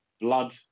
blood